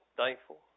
thankful